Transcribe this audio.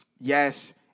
Yes